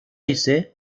ise